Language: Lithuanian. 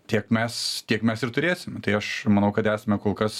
tiek mes tiek mes ir turėsim tai aš manau kad esame kol kas